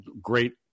great